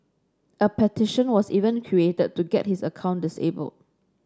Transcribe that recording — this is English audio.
a petition was even created to get his account disabled